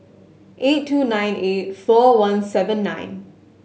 eight two nine eight four one seven nine